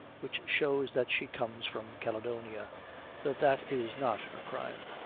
which shows that she comes from caledonia but that is not her crime.